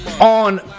on